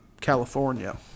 California